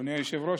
אדוני היושב-ראש,